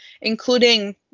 including